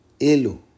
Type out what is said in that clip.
Elo